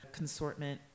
consortment